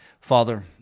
Father